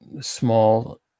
Small